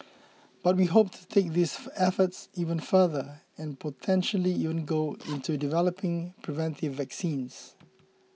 but we hope to take these efforts even further and potentially even go into developing preventive vaccines